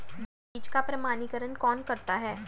बीज का प्रमाणीकरण कौन करता है?